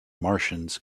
martians